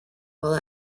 while